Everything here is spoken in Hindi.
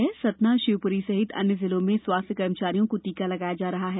प्रदेश के सतना शिवपुरी सहित अन्य जिलों में स्वास्थ्य कर्मचारियों को टीका लगाया जा रहा है